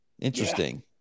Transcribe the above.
Interesting